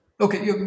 Okay